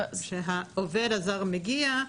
כשהעובד הזר מגיע,